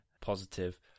positive